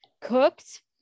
cooked